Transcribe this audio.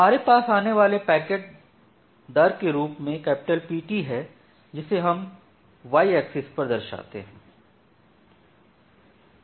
हमारे पास आने वाले पैकेट दर के रूप में Pt है जिसे हम Y एक्सिस पर दर्शाते हैं